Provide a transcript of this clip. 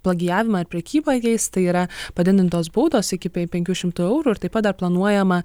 plagijavimą ir prekybą jais tai yra padidintos baudos iki pe penkių šimtų eurų ir taip pat planuojama